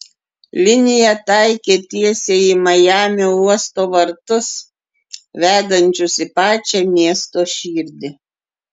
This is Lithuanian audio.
linija taikė tiesiai į majamio uosto vartus vedančius į pačią miesto širdį